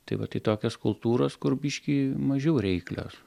tai va tai tokios kultūros kur biškį mažiau reiklios